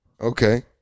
Okay